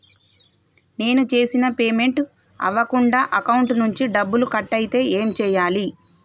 నేను చేసిన పేమెంట్ అవ్వకుండా అకౌంట్ నుంచి డబ్బులు కట్ అయితే ఏం చేయాలి?